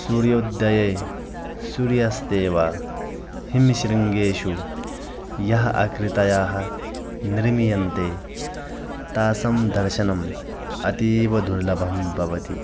सूर्योदये सूर्यास्ते वा हिमशृङ्गेषु यः आकृतयः निर्मीयन्ते तासां दर्शनम् अतीवदुर्लभं भवति